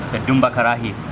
dumba kahari,